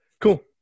Cool